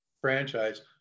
franchise